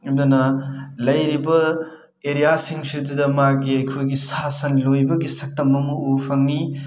ꯑꯗꯨꯅ ꯂꯩꯔꯤꯕ ꯑꯦꯔꯤꯌꯥꯁꯤꯡꯁꯤꯗꯨꯗ ꯃꯥꯒꯤ ꯑꯩꯈꯣꯏꯒꯤ ꯁꯥ ꯁꯟ ꯂꯣꯏꯕꯒꯤ ꯁꯛꯇꯝ ꯑꯃ ꯎꯕ ꯐꯪꯉꯤ